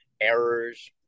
Errors